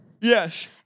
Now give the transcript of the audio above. Yes